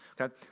Okay